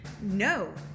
no